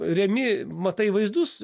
remi matai vaizdus